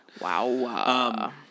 Wow